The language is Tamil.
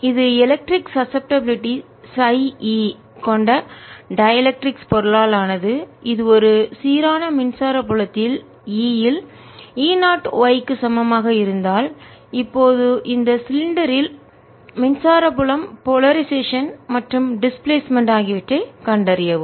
இது எலெக்ட்ரிக் சசப்டப்பிளிட்டி χ e மின்சார பாதிப்புக்குள்ளான கொண்ட டைஎலெக்ட்ரிக்ஸ் மின்கடத்தா பொருளால் ஆனது இது ஒரு சீரான மின்சார புலத்தில் E இல் E0 y க்கு சமமாக இருந்தால் இப்போது இந்த சிலிண்டரில் மின்சார புலம் போலரைசேஷன் மற்றும் டிஸ்பிளேஸ்மென்ட் இடப்பெயர்ச்சி ஆகியவற்றை கண்டறியவும்